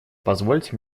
позвольте